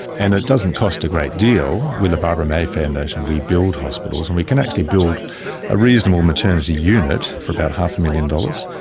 and it doesn't cost a great deal. with the barbara may foundation we build hospitals and we can actually build a reasonable maternity unit for about half a million dollars,